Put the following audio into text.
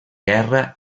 guerra